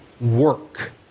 work